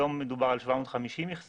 היום מדובר על 750 מכסות,